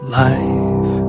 life